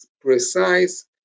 precise